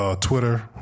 Twitter